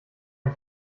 ein